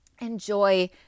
enjoy